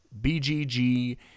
BGG